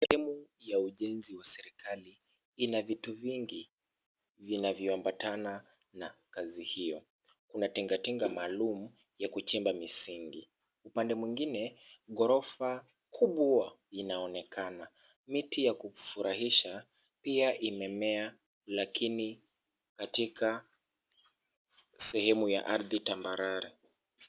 Sehemu ya ujenzi wa serikali ina vitu vingi vinavyoambatana na kazi hiyo. Kuna tingatinga maalum ya kuchimba misingi. Upande mwingine ghorofa kubwa inaonekana. Miti ya kufurahisha pia imemea lakini katika sehemu ya ardhi tambarare.